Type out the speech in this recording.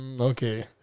okay